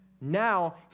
Now